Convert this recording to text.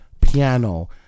piano